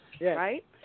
right